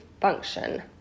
function